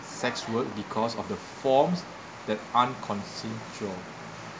sex work because of the forms that aren't consensual